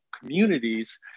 communities